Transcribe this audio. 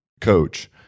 coach